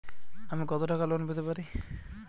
আমি কত টাকা লোন পেতে পারি?